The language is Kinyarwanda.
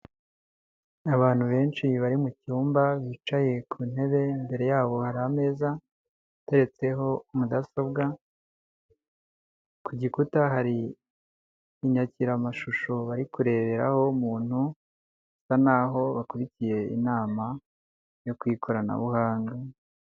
Abantu benshi bari mu cyumba bicaye ku ntebe, imbere yabo hari ameza ateretseho mudasobwa, ku gikuta hari inyakiramashusho bari kureberaho umuntu, basa n'aho bakurikiye inama yo ku ikoranabuhanga.